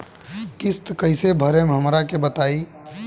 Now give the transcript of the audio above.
किस्त कइसे भरेम हमरा के बताई?